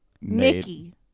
Mickey